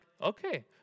okay